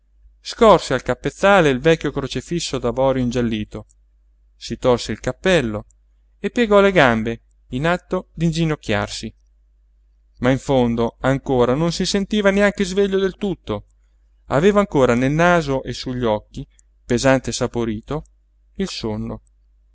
scorse al capezzale il vecchio crocifisso d'avorio ingiallito si tolse il cappello e piegò le gambe in atto d'inginocchiarsi ma in fondo ancora non si sentiva neanche sveglio del tutto aveva ancora nel naso e sugli occhi pesante e saporito il sonno